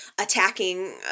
attacking